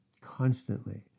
constantly